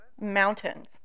mountains